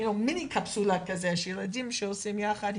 מיני-קפסולה שילדים עושים יחד,